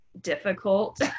difficult